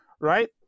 right